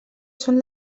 són